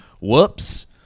Whoops